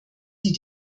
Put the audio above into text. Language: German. die